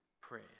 prayer